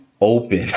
open